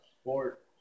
sport